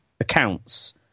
accounts